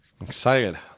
excited